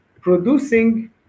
producing